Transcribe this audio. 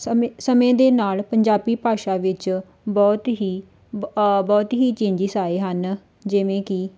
ਸਮੇਂ ਸਮੇਂ ਦੇ ਨਾਲ ਪੰਜਾਬੀ ਭਾਸ਼ਾ ਵਿੱਚ ਬਹੁਤ ਹੀ ਬ ਬਹੁਤ ਹੀ ਚੇਂਜਿਸ ਆਏ ਹਨ ਜਿਵੇਂ ਕਿ